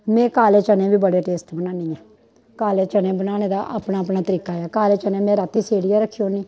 में काले चने बी बड़े टेस्ट बनानी आं काले चने बनाने दा अपना अपना तरीका ऐ काले चने में रातीं सेड़ियै रखी ओड़ने